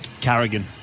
Carrigan